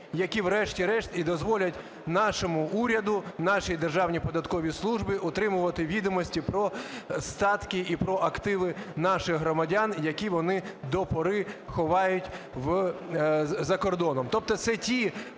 які врешті-решт і дозволять нашому уряду, нашій Державній податковій службі отримувати відомості про статки і про активи наших громадян, які вони допоки ховають за кордоном.